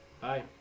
Bye